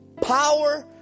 power